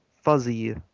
fuzzy